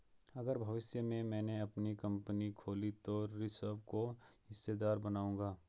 अगर भविष्य में मैने अपनी कंपनी खोली तो ऋषभ को हिस्सेदार बनाऊंगा